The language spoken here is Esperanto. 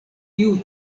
tiu